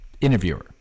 Interviewer